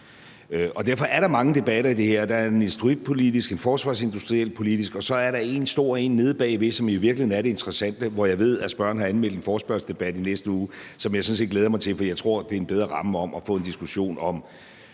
Derfor er der mange debatter i det her. Der er en industripolitisk debat, en forsvarsindustripolitisk debat, og så er der én stor debat nede bagved, som i virkeligheden er den interessante, som jeg ved at spørgeren har anmeldt en forespørgselsdebat om i næste uge, som jeg sådan set glæder mig til. For jeg tror, at det er en bedre ramme om at få en diskussion om,